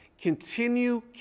continue